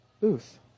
booth